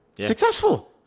successful